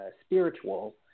spiritual